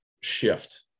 shift